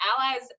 allies